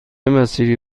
مسیری